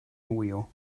wheel